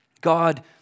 God